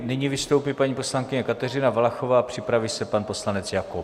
Nyní vystoupí paní poslankyně Kateřina Valachová, připraví se pan poslanec Jakob.